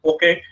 Okay